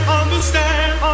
understand